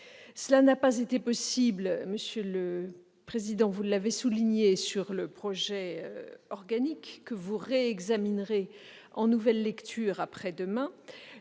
Cela n'a pas été possible, monsieur le président, vous l'avez souligné, sur le projet de loi organique, que vous examinerez en nouvelle lecture après-demain.